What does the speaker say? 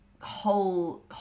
whole